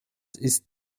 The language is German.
ist